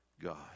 God